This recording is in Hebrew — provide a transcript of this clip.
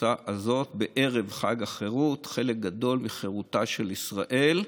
לקבוצה הזאת חלק גדול מחירותה של ישראל.